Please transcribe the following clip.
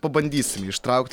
pabandysim jį ištraukti